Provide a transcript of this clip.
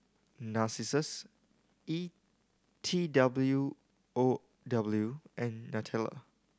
Narcissus E T W O W and Nutella